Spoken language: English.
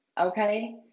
okay